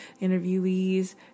interviewees